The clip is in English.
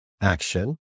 action